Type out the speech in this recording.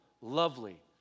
lovely